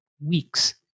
weeks